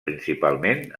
principalment